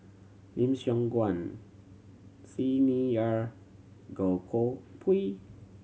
Lim Siong Guan Xi Ni Er Goh Koh Pui